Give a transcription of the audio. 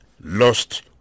lost